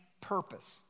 purpose